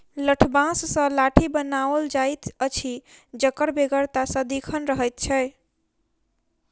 लठबाँस सॅ लाठी बनाओल जाइत अछि जकर बेगरता सदिखन रहैत छै